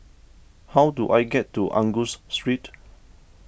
how do I get to Angus Street